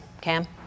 Cam